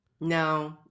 No